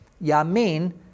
Yamin